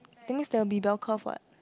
that means there will be bell curve what